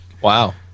Wow